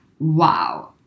wow